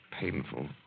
painful